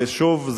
שוב,